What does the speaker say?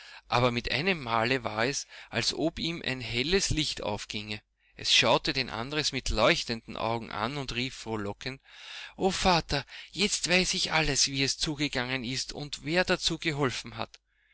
aber mit einem male war es als ob ihm ein helles licht aufginge es schaute den andres mit leuchtenden augen an und rief frohlockend o vater jetzt weiß ich alles wie es zugegangen ist und wer dazu geholfen hat